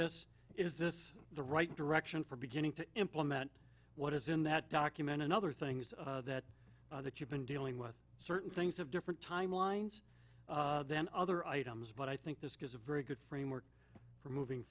this is this the right direction for beginning to implement what is in that document and other things that that you've been dealing with certain things have different timelines than other items but i think this gives a very good framework for moving